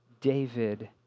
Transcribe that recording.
David